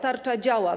Tarcza działa.